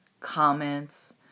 comments